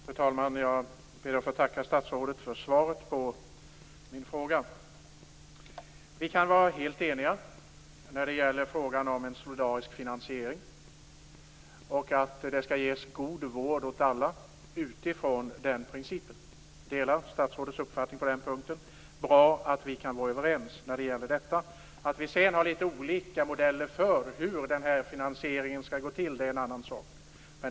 Fru talman! Jag ber att få tacka statsrådet för svaret på min fråga. Vi kan vara helt eniga när det gäller frågan om en solidarisk finansiering och att det skall ges god vård åt alla utifrån den principen. Jag delar statsrådets uppfattning på den punkten. Det är bra att vi kan vara överens när det gäller detta. Att vi sedan har litet olika modeller för hur den finansieringen skall gå till är en annan sak.